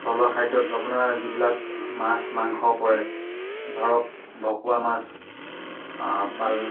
থলুৱা খাদ্যত আপোনাৰ যিবিলাক মাছ মাংস পৰে ধৰক ভকুৱা মাছ পাল